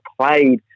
played